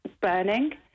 burning